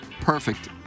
Perfect